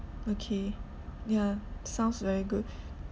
okay ya sounds very good